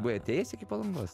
buvai atėjęs iki palangos